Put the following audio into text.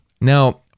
Now